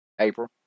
April